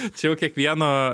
čia jau kiekvieno